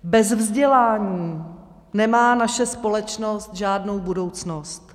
Bez vzdělání nemá naše společnost žádnou budoucnost.